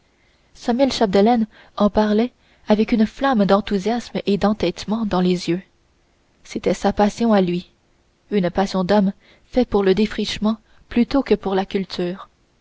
samuel chapdelaine en parlait avec une flamme d'enthousiasme et d'entêtement dans les yeux c'était sa passion à lui une passion d'homme fait pour le défrichement plutôt que pour la culture